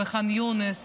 בח'אן יונס,